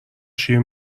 شیر